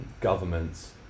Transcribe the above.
governments